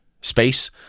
space